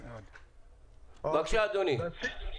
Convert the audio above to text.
בבקשה, אדוני.